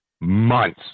months